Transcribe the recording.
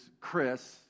Chris